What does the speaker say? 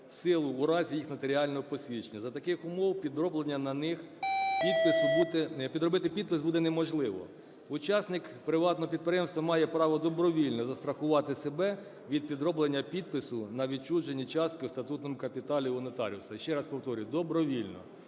у разі їх нотаріального посвідчення. За таких умов підроблення на них підпису буде… підробити підпис буде неможливо. Учасник приватного підприємства має право добровільно застрахувати себе від підроблення підпису на відчуження частки в статутному капіталі у нотаріуса.